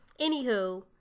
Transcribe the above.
Anywho